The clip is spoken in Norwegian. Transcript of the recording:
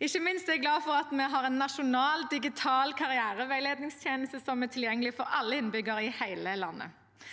Ikke minst er jeg glad for at vi har en nasjonal digital karriereveiledningstjeneste som er tilgjengelig for alle innbyggere i hele landet.